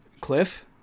Cliff